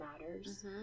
matters